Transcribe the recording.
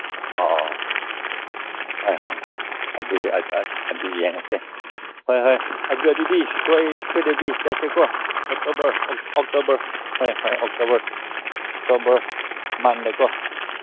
ꯑꯣ ꯍꯣꯏ ꯍꯣꯏ ꯍꯣꯏ ꯑꯗꯨ ꯌꯦꯡꯉꯁꯦ ꯍꯣꯏ ꯍꯣꯏ ꯑꯗꯨꯗꯤ ꯁꯣꯏꯗꯕꯤ ꯆꯠꯁꯤꯀꯣ ꯑꯣꯛꯇꯣꯕꯔ ꯑꯣꯛꯇꯣꯕꯔ ꯍꯣꯏ ꯍꯣꯏ ꯑꯣꯛꯇꯣꯕꯔ ꯑꯣꯛꯇꯣꯕꯔ ꯃꯟꯗꯀꯣ